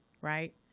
right